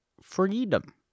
freedom